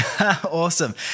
Awesome